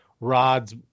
rods